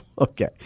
okay